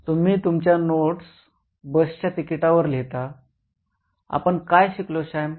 तुम्ही तुमच्या नोट्स बसच्या तिकिटावर लिहिता आपण काय शिकलो सॅम